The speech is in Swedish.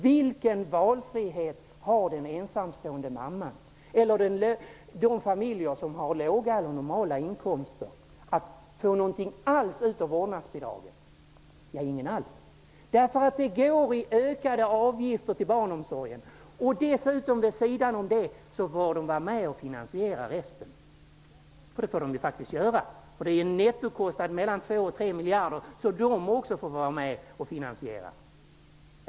Vilken möjlighet har den ensamstående mamman eller de familjer som har låga eller normala inkomster att få ut någonting av vårdnadsbidraget? Ingen alls! Det går till ökade avgifter för barnomsorgen. Dessutom får de vara med och finansiera resten. Det är en nettokostnad på mellan två och tre miljarder som de får vara med och betala.